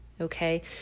okay